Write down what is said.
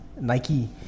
Nike